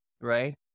right